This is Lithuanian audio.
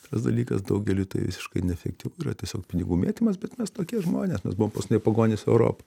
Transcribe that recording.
tas dalykas daugeliui tai visiškai neefektyvu yra tiesiog pinigų mėtymas bet mes tokie žmonės mes buvom paskutiniai pagonys europoj